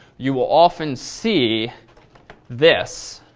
you will often see this